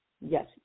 yes